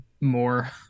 more